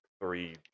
three